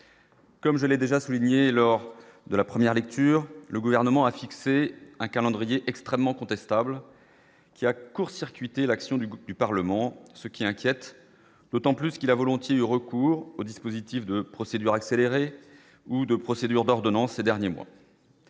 Comme je l'ai déjà souligné lors de la première lecture, le gouvernement a fixé un calendrier extrêmement contestable qui a court-circuiter l'action du groupe du Parlement, ce qui inquiète d'autant plus qu'il a volontiers recours au dispositif de procédures accélérées ou de procédures d'ordonnance ces derniers mois.